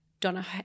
Donna